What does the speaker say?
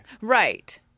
Right